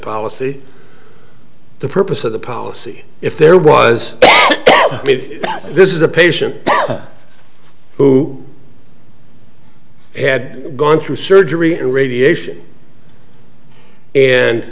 policy the purpose of the policy if there was made this is a patient who had gone through surgery and radiation and